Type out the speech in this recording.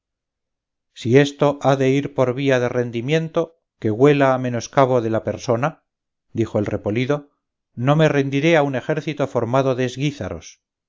si esto ha de ir por vía de rendimiento que güela a menoscabo de la persona dijo el repolido no me rendiré a un ejército formado